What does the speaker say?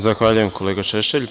Zahvaljujem kolega Šešelj.